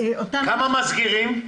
ה-800, לכמה זמן הם באים?